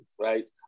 right